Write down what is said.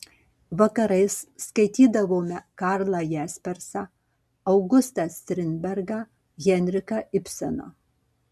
vakarais skaitydavome karlą jaspersą augustą strindbergą henriką ibseną